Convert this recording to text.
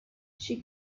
she